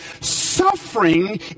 suffering